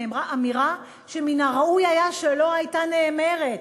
נאמרה אמירה שמן הראוי היה שלא הייתה נאמרת.